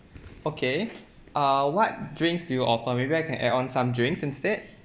okay err what drinks do you offer maybe I can add on some drinks instead